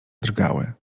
drgały